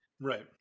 Right